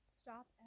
stop